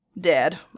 Dead